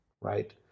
right